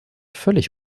völlig